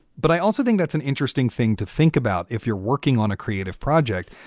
but i also think that's an interesting thing to think about if you're working on a creative project.